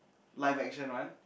live action one